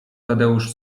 tadeusz